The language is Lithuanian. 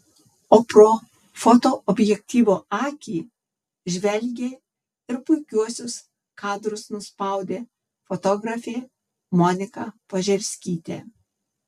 o pro fotoobjektyvo akį žvelgė ir puikiuosius kadrus nuspaudė fotografė monika požerskytė